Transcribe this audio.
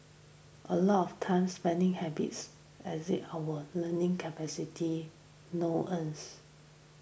a lot of times spending habits as it award learning capability no earns